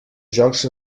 jocs